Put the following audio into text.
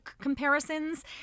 comparisons